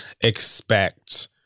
expect